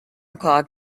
clock